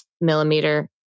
millimeter